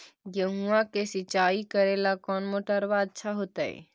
गेहुआ के सिंचाई करेला कौन मोटरबा अच्छा होतई?